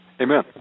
Amen